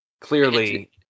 clearly